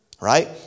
right